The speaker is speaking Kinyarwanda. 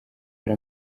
dore